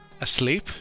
asleep